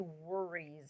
worries